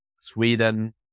Sweden